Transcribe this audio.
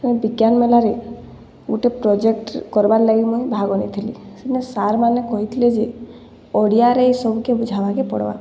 ବିଜ୍ଞାନ୍ମେଳାରେ ଗୁଟେ ପ୍ରୋଜେକ୍ଟ୍ କରବାର୍ଲାଗି ମୁଇଁ ଭାଗ୍ ନେଇଥିଲି ସେନୁ ସାର୍ମାନେ କହିଥିଲେ ଯେ ଓଡ଼ିଆରେ ସବ୍କେ ବୁଝାବାର୍ଲାଗି ପଡ଼୍ବା